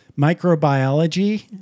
microbiology